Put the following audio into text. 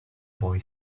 boy